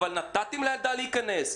אבל נתתם לילדה להיכנס,